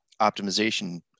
optimization